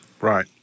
Right